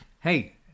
Hey